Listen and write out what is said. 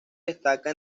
destaca